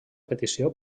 petició